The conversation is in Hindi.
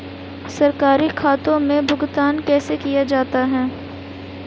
सरकारी खातों में भुगतान कैसे किया जाता है?